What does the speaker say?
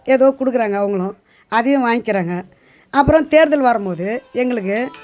ஏதோ கொடுக்கறாங்க அவங்களும் அதையும் வாங்கிக்கிறாங்க அப்புறம் தேர்தல் வரும்மோது எங்களுக்கு